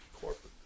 corporate